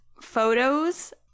photos